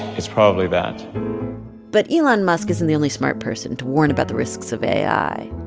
it's probably that but elon musk isn't the only smart person to warn about the risks of ai.